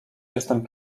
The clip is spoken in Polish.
jestem